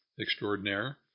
extraordinaire